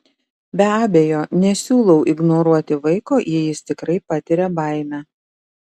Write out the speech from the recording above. be abejo nesiūlau ignoruoti vaiko jei jis tikrai patiria baimę